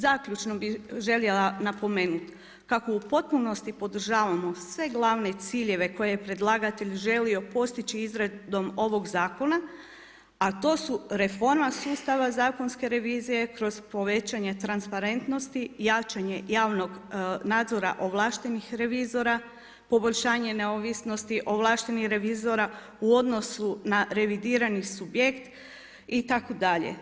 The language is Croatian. Zaključno bih željela napomenuti kako u potpunosti podržavamo sve glavne ciljeve koje je predlagatelj želio postići izradom ovoga zakona, a to su reforma sustava zakonske revizije kroz povećanje transparentnosti, jačanje javnog nadzora ovlaštenih revizora, poboljšanje neovisnosti ovlaštenih revizora u odnosu na revidirani subjekt itd.